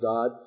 God